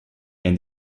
and